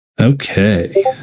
Okay